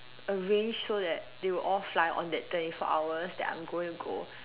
arrange so that they will all fly on that twenty four hours that I'm going to go